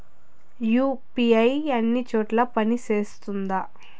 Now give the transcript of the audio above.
UPI అన్ని చోట్ల పని సేస్తుందా?